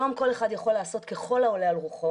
היום כל אחד יכול לעשות ככל העולה על רוחו.